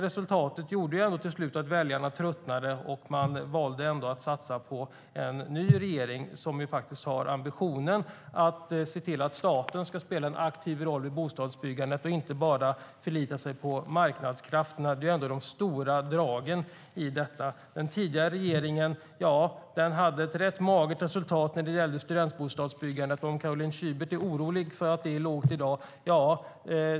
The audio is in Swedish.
Resultatet gjorde till slut att väljarna tröttnade och valde att satsa på en ny regering, som har ambitionen att se till att staten ska spela en aktiv roll i bostadsbyggandet och inte bara förlita sig på marknadskrafterna. Det är de stora dragen i detta. Den tidigare regeringen hade ett rätt magert resultat när det gällde studentbostadsbyggandet. Caroline Szyber är orolig för att det är lågt i dag.